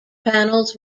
panels